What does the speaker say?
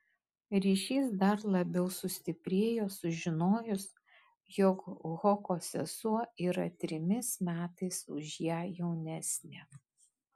ryšys dar labiau sustiprėjo sužinojus jog hoko sesuo yra trimis metais už ją jaunesnė